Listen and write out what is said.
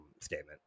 statement